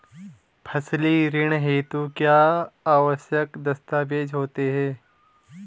फसली ऋण हेतु क्या क्या आवश्यक दस्तावेज़ होते हैं?